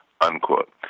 unquote